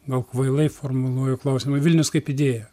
gal kvailai formuluoju klausimą vilnius kaip idėja